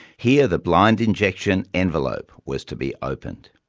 here the blind injection envelope was to be opened.